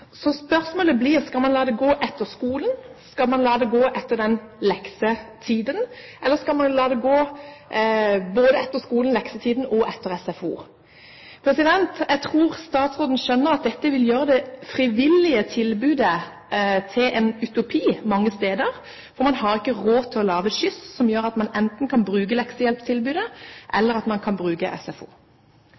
la den gå både etter skolen, leksetiden og SFO? Jeg tror statsråden skjønner at dette vil gjøre det frivillige tilbudet til en utopi mange steder, for man har ikke råd til å lage skyss som gjør at man enten kan bruke leksehjelptilbudet, eller at man kan bruke SFO.